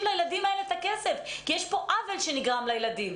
לילדים האלה את הכסף כי יש פה עוול שנגרם לילדים.